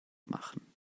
machen